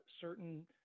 certain